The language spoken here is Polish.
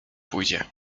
pójdzie